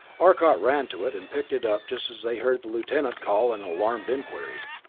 arcot ran to it and picked it up just as they heard the lieutenant call an alarmed inquiry.